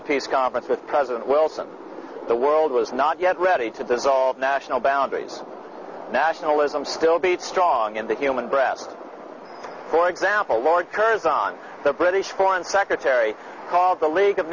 peace conference with president wilson the world was not yet ready to dissolve national boundaries nationalism still beats strong in the human breast for example lord curzon the british foreign secretary called the league of